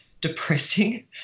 depressing